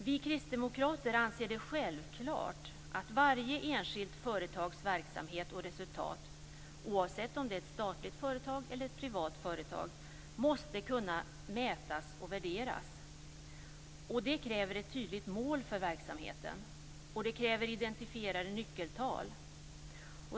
Vi kristdemokrater anser det självklart att varje enskilt företags verksamhet och resultat, oavsett om det är ett statligt företag eller ett privat företag, måste kunna mätas och värderas. Det kräver ett tydligt mål för verksamheten, och det kräver identifierade nyckeltal.